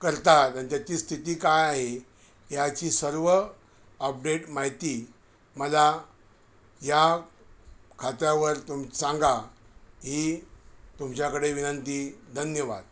करता आणि त्याची स्थिती काय आहे याची सर्व अपडेट माहिती मला या खात्यावर तुम सांगा ही तुमच्याकडे विनंती धन्यवाद